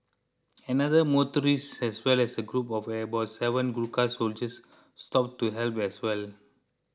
another motorist as well as a group of about seven Gurkha soldiers stopped to help as well